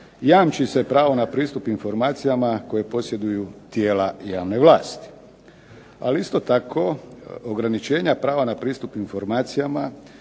jamči se pravo na pristup informacijama koje posjeduju tijela javne vlasti. Ali isto tako ograničenja prava na pristup informacijama